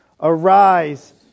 Arise